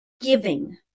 giving